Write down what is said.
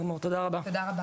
בסדר גמור תודה רבה.